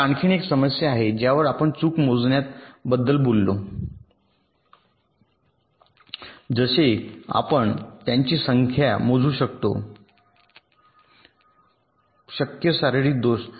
तर आणखी एक समस्या आहे ज्यावर आपण चूक मोजण्याबद्दल बोलतो जसे आपण त्यांची संख्या मोजू शकतो शक्य शारीरिक दोष